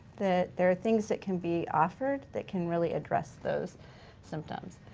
that there are things that can be offered that can really address those symptoms.